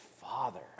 father